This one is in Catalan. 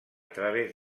través